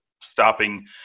stopping